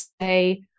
say